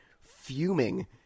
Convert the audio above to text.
fuming